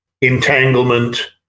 entanglement